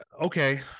Okay